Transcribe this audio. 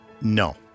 No